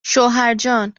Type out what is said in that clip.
شوهرجاننایلون